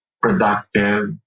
productive